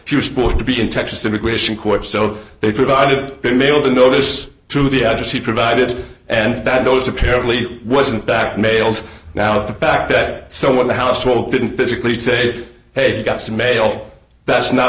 she was supposed to be in texas immigration court so they provided mailed a notice to the address he provided and that those apparently wasn't back mails now the fact that some of the household didn't physically say hey i got some mail that's not